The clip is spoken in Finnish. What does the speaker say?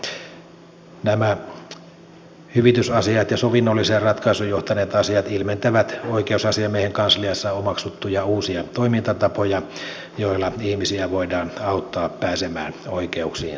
nämä hyvitysasiat ja sovinnolliseen ratkaisuun johtaneet asiat ilmentävät oikeusasiamiehen kansliassa omaksuttuja uusia toimintatapoja joilla ihmisiä voidaan auttaa pääsemään oikeuksiinsa